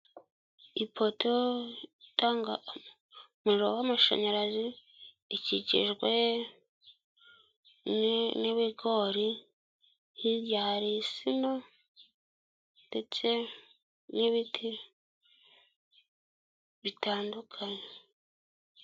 Ipoto itanga umuriro w'amashanyarazi ikikijwe n'ibigori hirya hari insiina ndetse n'ibiti bitandukanye.